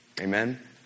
Amen